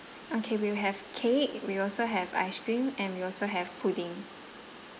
okay we have cake we also have ice cream and we also have pudding